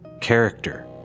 Character